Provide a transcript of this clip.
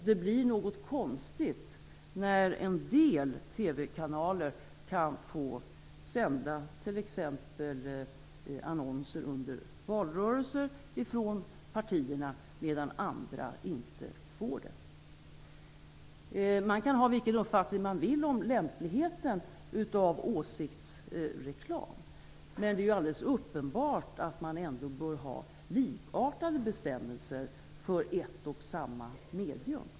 Det blir något konstigt när en del TV-kanaler får sända t.ex. annonser från partierna under valrörelser, medan andra inte får det. Man kan ha vilken uppfattning man vill om lämpligheten av åsiktsreklam, men det är alldeles uppenbart att man ändå bör ha likartade bestämmelser för ett och samma medium.